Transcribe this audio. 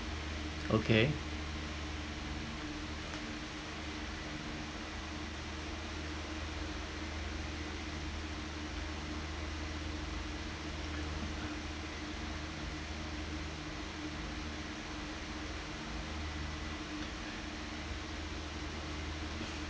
okay